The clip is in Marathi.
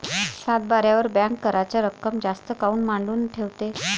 सातबाऱ्यावर बँक कराच रक्कम जास्त काऊन मांडून ठेवते?